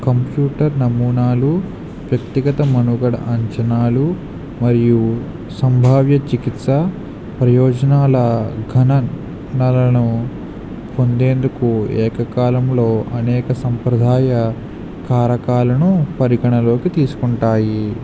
computer నమూనాలు వ్యక్తిగత మనుగడ అంచనాలు మరియు సంభావ్య చికిత్స ప్రయోజనాల గణనలను పొందేందుకు ఏకకాలంలో అనేక సంప్రదాయ కారకాలను పరిగణలోకి తీసుకుంటాయి